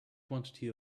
quantity